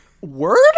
word